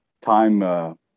time